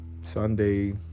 Sunday